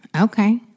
Okay